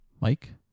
Mike